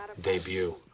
debut